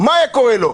מה היה קורה לו?